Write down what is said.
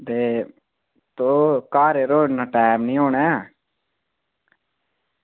ते घर यरो इन्ना टाईम निं होना ऐ